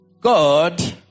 God